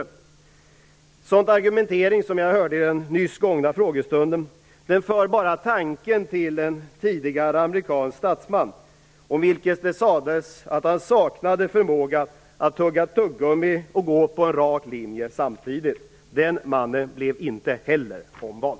En sådan argumentering som jag hörde under den nyss gångna frågestunden för tanken till en tidigare amerikansk statsman, om vilken det sades att han saknade förmåga att tugga tuggummi och att samtidigt gå på en rak linje. Den mannen blev inte heller omvald.